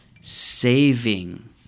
saving